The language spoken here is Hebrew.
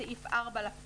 סעיפים 1 ו-2 הוצבעו,